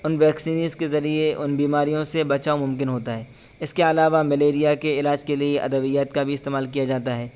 ان vaccines کے ذریعے ان بیماریوں سے بچاؤ ممکن ہوتا ہے اس کے علاوہ ملیریا کے علاج کے لیے ادویات کا بھی استعمال کیا جاتا ہے